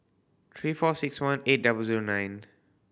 three four six one eight double zero nine